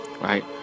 right